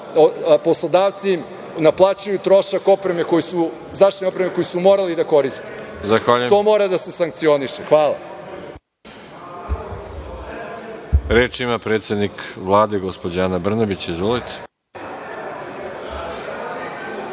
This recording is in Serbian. poslodavci im naplaćuju trošak zaštitne opreme koju su morali da koriste. To mora da se sankcioniše. Hvala.